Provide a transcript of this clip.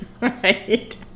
Right